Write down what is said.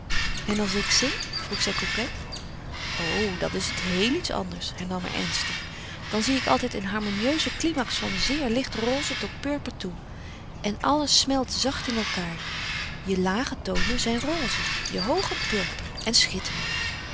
en als ik zing vroeg zij coquet o dan is het heel iets anders hernam hij ernstig dan zie ik altijd een harmonieuzen climax van zeer licht roze tot purper toe en alles smelt zacht in elkaâr je lage tonen zijn roze je hooge purper en schitterend